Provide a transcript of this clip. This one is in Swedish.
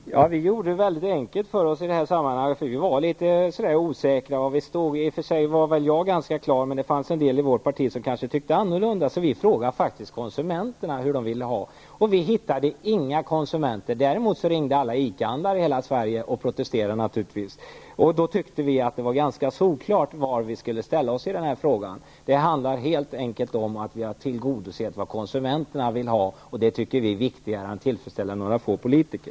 Fru talman! Vi gjorde det mycket enkelt för oss i det här sammanhanget, för vi var litet osäkra. I och för sig hade väl jag min uppfattning ganska klar, men det fanns en del i vårt parti som kanske tyckte annorlunda. Vi frågade faktiskt konsumenterna hur de ville ha det -- och vi hittade inga konsumenter. Däremot ringde alla ICA-handlare i hela Sverige och protesterade -- naturligtvis. Då tyckte vi att det var ganska solklart var vi skulle ställa oss i den här frågan. Det handlar helt enkelt om att vi har tillgodosett vad konsumenterna vill ha. Det tycker vi är viktigare än att tillfredsställa några få politiker.